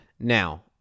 Now